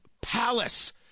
Palace